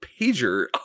pager